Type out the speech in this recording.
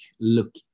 look